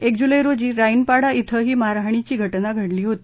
एक जुलै रोजी राईनपाडा क्विं ही मारहाणीची घटना घडली होती